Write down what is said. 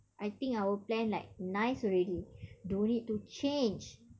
I think our plan like nice already don't need to change